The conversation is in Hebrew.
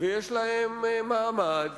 ויש להם מעמד.